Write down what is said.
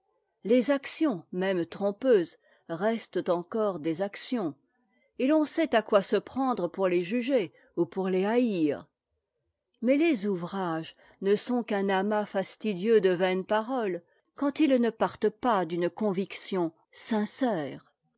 les actions même trompeuses restent encore des actions et l'on sait à quoi se prendre pour les juger ou pour les ha r mais les ouvrages ne sont qu'un amas fastidieux de vaines paroles quand ils ne partent pas d'une conviction sincère